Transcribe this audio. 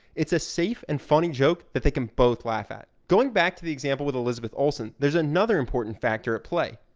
it's a safe and funny joke that they can both laugh at. going back to the example with elizabeth olsen, there's another important factor at play.